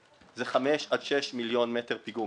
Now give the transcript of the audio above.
זה 5 עד 6 מיליון מטר פיגום,